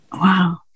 Wow